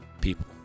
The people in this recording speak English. people